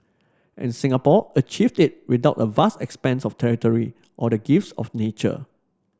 and Singapore achieved it without a vast expanse of territory or the gifts of nature